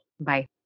Bye